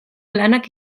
lanak